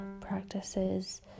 practices